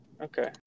Okay